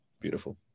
beautiful